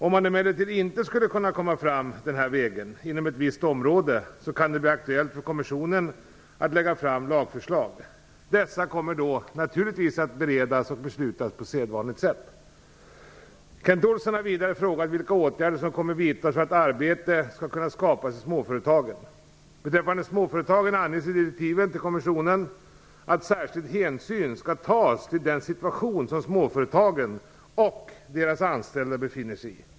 Om man emellertid inte skulle kunna komma fram denna väg inom ett visst område, kan det bli aktuellt för kommissionen att lägga fram lagförslag. Dessa kommer då naturligtvis att beredas och beslutas på sedvanligt sätt. Kent Olsson har vidare frågat vilka åtgärder som kommer att vidtas för att arbete skall kunna skapas i småföretagen. Beträffande småföretagen anges i direktiven till kommissionen att särskild hänsyn skall tas till den situation som småföretagen och deras anställda befinner sig i.